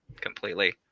completely